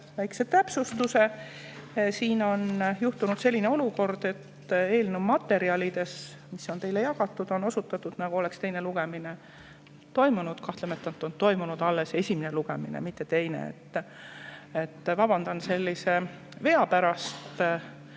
väikese täpsustuse. Siin on juhtunud selline olukord, et eelnõu materjalides, mis on teile jagatud, on osutatud, nagu oleks teine lugemine toimunud. Kahtlemata on toimunud alles esimene lugemine, mitte teine. Vabandan sellise vea pärast.